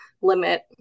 limit